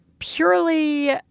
Purely